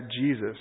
Jesus